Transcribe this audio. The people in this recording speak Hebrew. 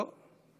לא.